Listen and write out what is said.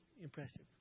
impressive